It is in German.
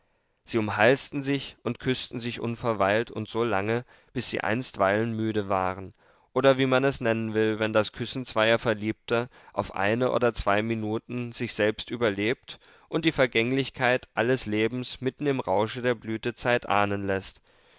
sie umhalsten sich und küßten sich unverweilt und so lange bis sie einstweilen müde waren oder wie man es nennen will wenn das küssen zweier verliebter auf eine oder zwei minuten sich selbst überlebt und die vergänglichkeit alles lebens mitten im rausche der blütezeit ahnen läßt